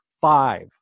five